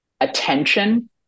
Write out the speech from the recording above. attention